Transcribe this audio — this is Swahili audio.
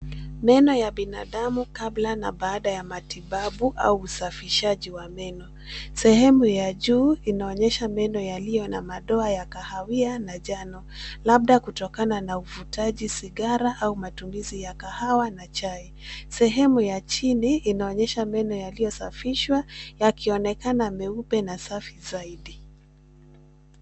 Meno ya binadamu kabla na baada ya matibabu au usafishaji wa meno. Sehemu ya juu inaonyesha meno yaliyo na madoa ya kahawia na njano labda kutokana na uvutaji sigara au matumizi ya kahawa na chai. Sehemu ya chini inaonyesha meno yaliyosafishwa yakionekana meupe na safi zaidi.